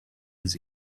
his